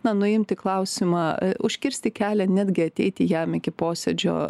na nuimti klausimą užkirsti kelią netgi ateiti jam iki posėdžio